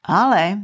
ale